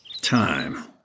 Time